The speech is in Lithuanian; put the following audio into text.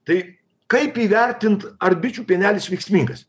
tai kaip įvertint ar bičių pienelis veiksmingas